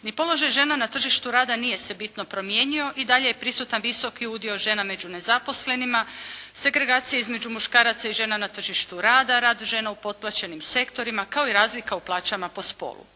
Ni položaj žena na tržištu rada nije se bitno promijenio. I dalje je prisutan visoki udio žena među nezaposlenima, segregacija između muškaraca i žena na tržištu rada, rad žena u potplaćenim sektorima kao i razlika u plaćama po spolu.